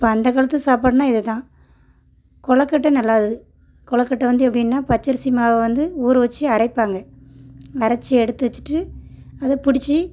இப்போ அந்த காலத்து சாப்பாடுன்னா இதுதான் கொலக்கட்டை நல்லா இது கொலக்கட்டை வந்து எப்படின்னா பச்சரிசி மாவு வந்து ஊற வச்சு அரைப்பாங்க அரைச்சு எடுத்து வச்சிகிட்டு அது பிடிச்சு